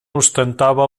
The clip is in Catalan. ostentava